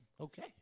Okay